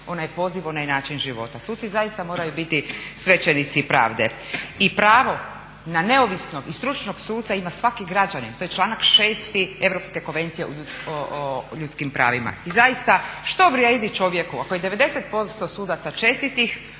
ona je poziv, ona je način života. Suci zaista moraju biti svećenici pravde i pravo na neovisnog i stručnog suca ima svaki građanin. To je članak 6. Europske konvencije o ljudskim pravima. I zaista, što vrijedi čovjeku ako je 90% sudaca čestitih,